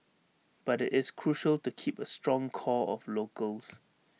but it's crucial to keep A strong core of locals